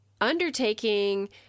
undertaking